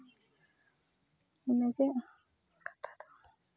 ᱤᱱᱟᱹᱜᱮ ᱠᱟᱛᱷᱟᱫᱚ